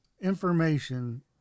information